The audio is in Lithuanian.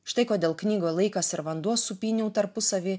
štai kodėl knygoj laikas ir vanduo supyniau tarpusavy